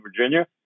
Virginia